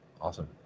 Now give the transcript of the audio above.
awesome